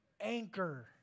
Anchor